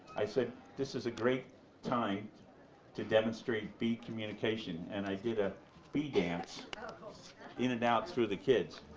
i said, this is a great time to demonstrate bee communication, and i did a bee dance in and out through the kids.